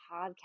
podcast